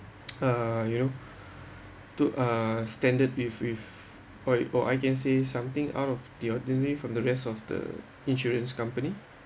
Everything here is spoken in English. err you know to a standard if with or I can say something out of the ordinary from the rest of the insurance company